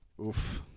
Oof